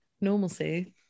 normalcy